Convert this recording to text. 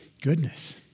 goodness